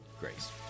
grace